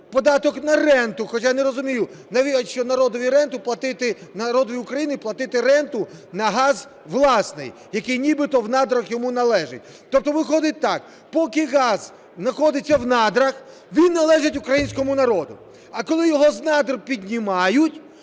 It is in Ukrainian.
податок на ренту… Хоча я не розумію, навіщо народові України платити ренту на газ власний, який нібито в надрах йому належить. Тобто виходить так: поки газ знаходиться в надрах, він належить українському народу; а коли його з надр піднімають